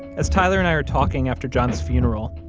as tyler and i are talking after john's funeral,